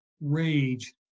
rage